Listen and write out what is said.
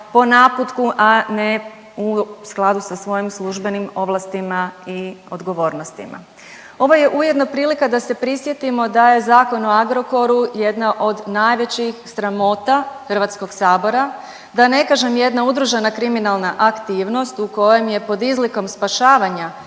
po naputku, a ne u skladu sa svojim službenim ovlastima i odgovornostima. Ovo je ujedno prilika da se prisjetio da je zakon o Agrokoru jedna od najvećih sramota HS-a, da ne kažem jedna udružena kriminalna aktivnost u kojem je, pod izlikom spašavanja